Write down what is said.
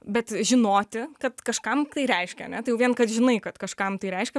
bet žinoti kad kažkam tai reiškia ane tai jau vien kad žinai kad kažkam tai reiškia